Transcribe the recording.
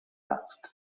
asked